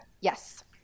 Yes